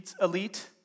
elite